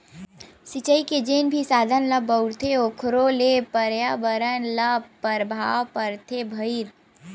सिचई के जेन भी साधन ल बउरथे ओखरो ले परयाबरन ल परभाव परथे भईर